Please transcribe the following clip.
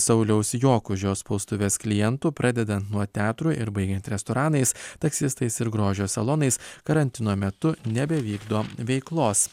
sauliaus jokužio spaustuvės klientų pradedant nuo teatrų ir baigiant restoranais taksistais ir grožio salonais karantino metu nebevykdo veiklos